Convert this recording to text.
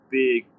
big